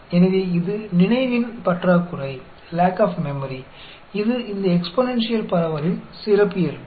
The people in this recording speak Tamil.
எனவே இது நினைவின் பற்றாக்குறை இது இந்த எக்ஸ்பொனென்ஷியல் பரவலின் சிறப்பியல்பு